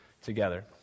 together